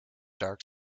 dark